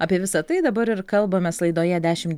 apie visa tai dabar ir kalbamės laidoje dešimt